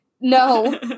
No